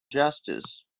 justice